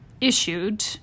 issued